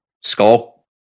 skull